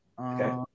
Okay